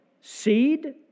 seed